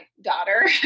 daughter